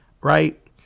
right